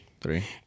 Three